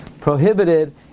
prohibited